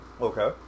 Okay